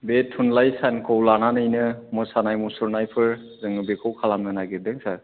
बे थुनलाइ सानखौ लानानैनो मोसानाय मुसुरनायफोर जोङो बेखौ खालामनो नागिरदों सार